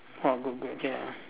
!wah! good good okay